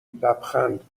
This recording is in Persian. لبخند